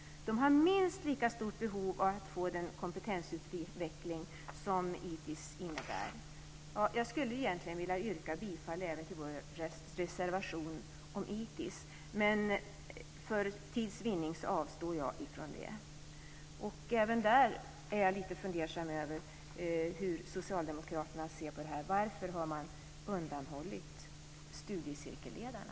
De har minst lika stort behov av att få den kompetensutveckling som ITiS innebär. Jag skulle egentligen vilja yrka bifall även till vår reservation om ITiS, men för tids vinnande avstår jag. Även där är jag lite fundersam över hur Socialdemokraterna ser på det här. Varför har man undanhållit studiecirkelledarna?